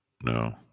No